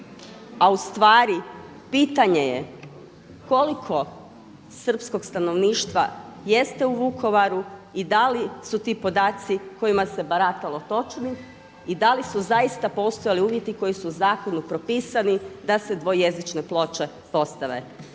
a ustvari pitanje je koliko srpskog stanovništva jeste u Vukovaru i da li su ti podaci kojima se baratalo točni i da li su zaista postojali uvjeti koji su u zakonu propisani da se dvojezične ploče postave.